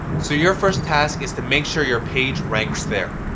so your first task is to make sure your page ranks there.